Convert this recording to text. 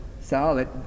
solid